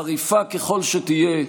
חריפה ככל שתהיה,